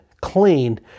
clean